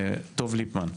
דב ליפמן.